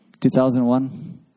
2001